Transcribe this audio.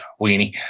weenie